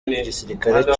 igisirikare